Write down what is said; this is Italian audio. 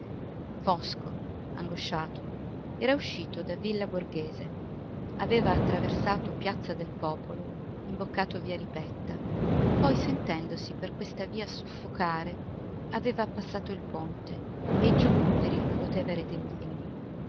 fosco angosciato era uscito da villa borghese aveva attraversato piazza del popolo imboccato via ripetta poi sentendosi per questa via soffocare aveva passato il ponte e giù per il lungotevere dei mellini